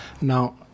now